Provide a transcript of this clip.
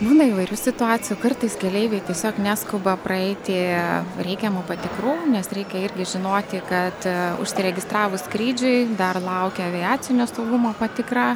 būna įvairių situacijų kartais keleiviai tiesiog neskuba praeiti reikiamų patikrų nes reikia irgi žinoti kad užsiregistravus skrydžiui dar laukia aviacinio saugumo patikra